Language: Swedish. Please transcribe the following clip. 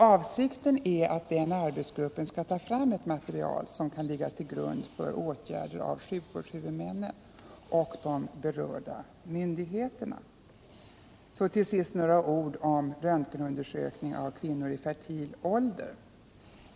Avsikten är att den arbetsgruppen skall ta fram ett material som kan ligga till grund för åtgärder av sjukvårdshuvudmännen och de berörda myndigheterna. Till sist några ord om röntgenundersökningar av kvinnor i fertil ålder.